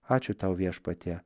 ačiū tau viešpatie